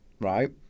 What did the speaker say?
right